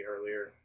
earlier